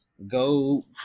Go